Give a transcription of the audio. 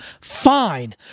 Fine